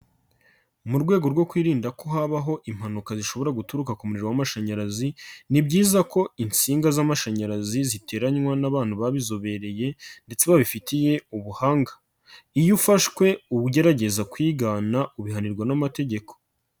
Mu rwego rwo kwirinda ko habaho impanuka zishobora guturuka ku muriroro w'amashanyarazi, ni byiza ko insinga z'amashanyarazi ziteranywa n'abantu babizobereye ndetse babifitiye ubuhanga. Iyo ufashwe ugerageza kwigana ubihanirwa n'amategeko.